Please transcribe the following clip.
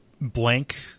blank